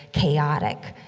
chaotic.